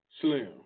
slim